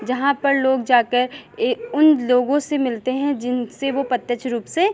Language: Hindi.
जहाँ पर लोग जाकर ये उन लोगों से मिलते हैं जिनसे वो प्रत्यक्ष रूप से